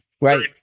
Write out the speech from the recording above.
right